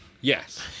Yes